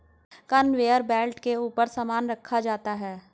conveyor belt के ऊपर सामान रखा जाता है